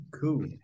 cool